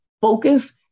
focus